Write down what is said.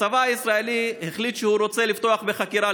הצבא הישראלי החליט שהוא רוצה לפתוח בחקירה,